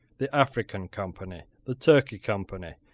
the african company, the turkey company,